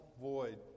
void